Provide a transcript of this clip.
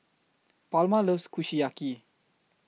Palma loves Kushiyaki